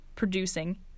producing